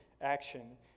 action